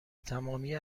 تمامی